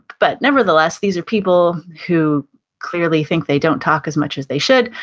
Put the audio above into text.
but nevertheless, these are people who clearly think they don't talk as much as they should.